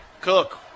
Cook